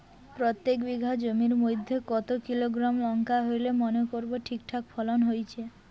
প্রত্যেক বিঘা জমির মইধ্যে কতো কিলোগ্রাম লঙ্কা হইলে মনে করব ঠিকঠাক ফলন হইছে?